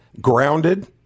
Grounded